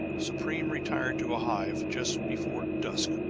supreme retired to a hive just before dusk,